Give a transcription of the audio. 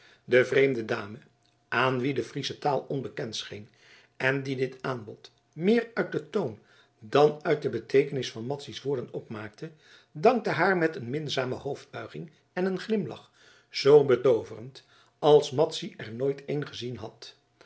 de vreemde dame aan wie de friesche taal onbekend scheen en die dit aanbod meer uit den toon dan uit de beteekenis van madzy's woorden opmaakte dankte haar met een minzame hoofdbuiging en een glimlach zoo betooverend als madzy er nooit een gezien had